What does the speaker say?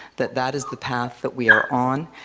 that that is the path that we are on,